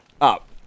Up